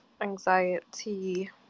anxiety